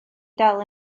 dal